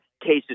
cases